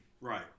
Right